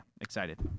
excited